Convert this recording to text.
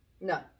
No